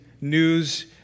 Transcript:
news